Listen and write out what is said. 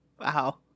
Wow